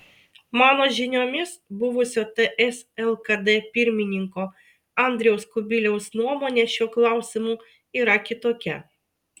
mano žiniomis buvusio ts lkd pirmininko andriaus kubiliaus nuomonė šiuo klausimu yra kitokia